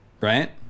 Right